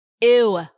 Ew